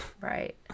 right